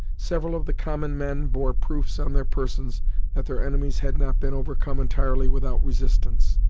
several of the common men bore proofs on their persons that their enemies had not been overcome entirely without resistance,